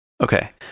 Okay